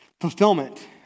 Fulfillment